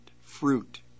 fruit